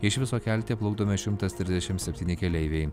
iš viso kelte plukdomi šimtas trisdešim septyni keleiviai